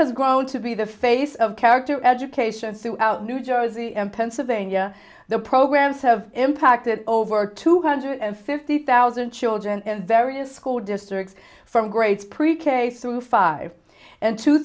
has grown to be the face of character education throughout new jersey and pennsylvania the programs have impacted over two hundred and fifty thousand children in various school districts from grades pre k through five and two